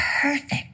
perfect